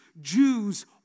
Jews